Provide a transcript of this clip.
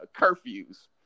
curfews